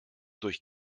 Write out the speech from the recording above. durch